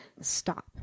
stop